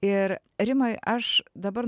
ir rimai aš dabar